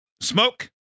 Smoke